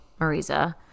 Marisa